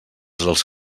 els